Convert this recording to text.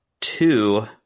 two